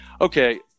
Okay